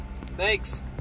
thanks